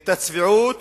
את הצביעות